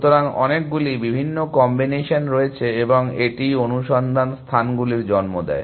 সুতরাং অনেকগুলি বিভিন্ন কম্বিনেশন রয়েছে এবং এটিই অনুসন্ধান স্থানগুলির জন্ম দেয়